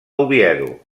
oviedo